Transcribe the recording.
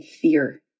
fear